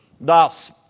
Thus